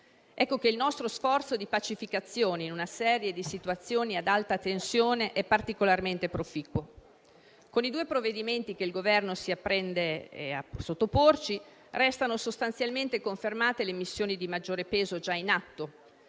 Ecco che il nostro sforzo di pacificazione, in una serie di situazioni ad alta tensione, è particolarmente proficuo. Con i due provvedimenti che il Governo si appresta a sottoporci, restano sostanzialmente confermate le missioni di maggiore peso già in atto;